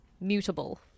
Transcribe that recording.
mutable